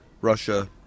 Russia